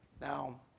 Now